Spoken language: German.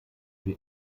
für